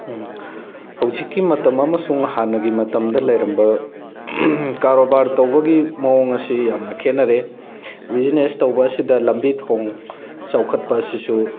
ꯍꯧꯖꯤꯛꯀꯤ ꯃꯇꯝ ꯑꯃꯁꯨꯡ ꯍꯥꯟꯅꯒꯤ ꯃꯇꯝꯗ ꯂꯩꯔꯝꯕ ꯀꯔꯣꯕꯥꯔ ꯇꯧꯕꯒꯤ ꯃꯑꯣꯡ ꯑꯁꯤ ꯌꯥꯝꯅ ꯈꯦꯠꯅꯔꯦ ꯕꯤꯖꯤꯅꯦꯁ ꯇꯧꯕꯁꯤꯗ ꯂꯝꯕꯤ ꯊꯣꯡ ꯆꯥꯎꯈꯠꯄ ꯑꯁꯤꯁꯨ